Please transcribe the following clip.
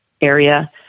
area